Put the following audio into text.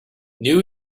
new